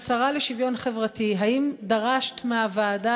השרה לשוויון חברתי: האם דרשת מהוועדה